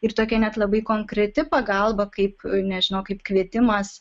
ir tokia net labai konkreti pagalba kaip nežinau kaip kvietimas